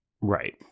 Right